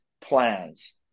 plans